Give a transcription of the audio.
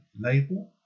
label